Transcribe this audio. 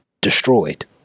destroyed